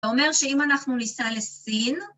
‫אומר שאם אנחנו ניסע לסין...